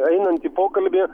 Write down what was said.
einant į pokalbį